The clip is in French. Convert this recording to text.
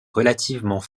relativement